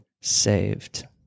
saved